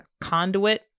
conduit